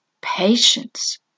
patience